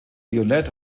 violett